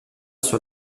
sur